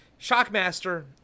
Shockmaster